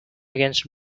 against